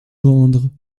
gendre